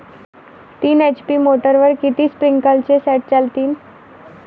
तीन एच.पी मोटरवर किती स्प्रिंकलरचे सेट चालतीन?